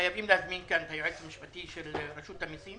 חייבים להזמין כאן את היועץ המשפטי של רשות המסים,